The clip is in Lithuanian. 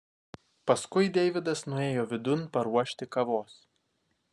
paskui deividas nuėjo vidun paruošti kavos